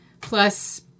plus